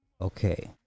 Okay